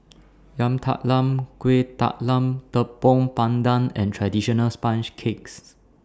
Yam Talam Kuih Talam Tepong Pandan and Traditional Sponge Cakes